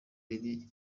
ari